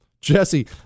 Jesse